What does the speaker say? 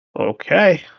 Okay